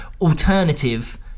alternative